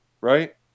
right